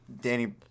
danny